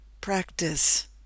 practice